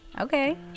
Okay